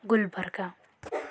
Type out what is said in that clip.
Gulbarga